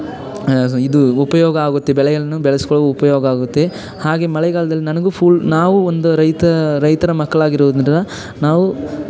ಇದು ಉಪಯೋಗ ಆಗುತ್ತೆ ಬೆಳೆಯನ್ನು ಬೆಳೆಸಿಕೊಳ್ಳುವ ಉಪಯೋಗ ಆಗುತ್ತೆ ಹಾಗೆ ಮಳೆಗಾಲದಲ್ಲಿ ನನಗೂ ಫುಲ್ ನಾವು ಒಂದು ರೈತ ರೈತರ ಮಕ್ಕಳಾಗಿರೋದ್ರಿಂದ ನಾವು